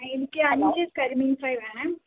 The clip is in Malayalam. എനിക്ക് അഞ്ച് കരിമീൻ ഫ്രൈ വേണേ